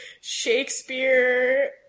Shakespeare